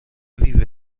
vive